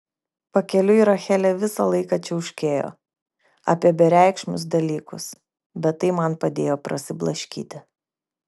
pakeliui rachelė visą laiką čiauškėjo apie bereikšmius dalykus bet tai man padėjo prasiblaškyti